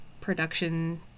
production